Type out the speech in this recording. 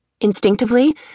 Instinctively